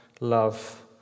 love